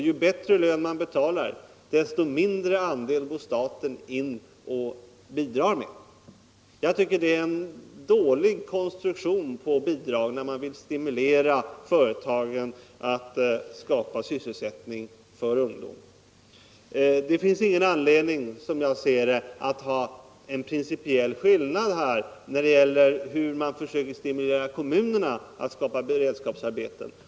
Ju högre lön man betalar desto mindre andel bidrar staten med. Jag tycker att det är en dålig bidragskonstruktion. Det finns ingen anledning, som jag scr det, att här ha en principiell skillnad mellan kommunerna och företagen när det gäller metoderna att skapa arbetstillfällen.